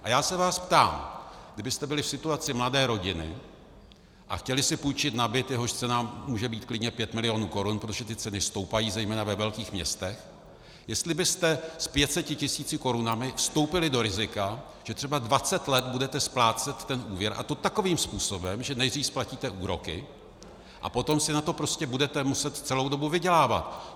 A já se vás ptám, kdybyste byli v situaci mladé rodiny a chtěli si půjčit na byt, jehož cena může být klidně 5 milionů korun, protože ceny stoupají, zejména ve velkých městech, jestli byste s 500 tisíci korunami vstoupili do rizika, že třeba 20 let budete splácet úvěr, a to takovým způsobem, že nejdřív splatíte úroky, a potom si na to budete muset celou dobu vydělávat.